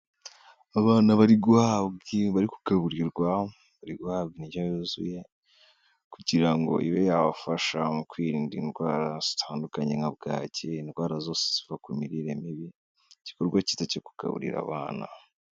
Abana bari guhabwi bari kugaburirwa bari guhabwi inryo yuzuye kugira ngo ibe yabafasha mukwirinda indwara zitandukanye nka bwaki, indwara zose ziva ku mirire mibi. Igikorwa kiza cyo kugaburira abana.